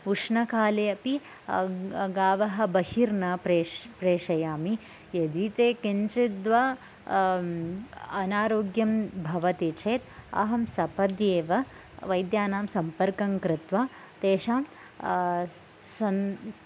उष्णकाले अपि गावः बहिर्न प्रेष् प्रेषयामि यदि ते किञ्जित् वा अनारोग्यं भवति चेत् अहं सपदि एव वैद्यानां सम्पर्कं कृत्वा तेषां सन्